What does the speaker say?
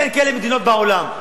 אין כאלה מדינות בעולם.